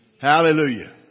Hallelujah